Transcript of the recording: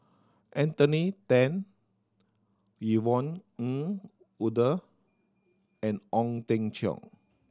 Anthony Then Yvonne Ng Uhde and Ong Teng Cheong